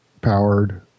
powered